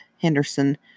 Henderson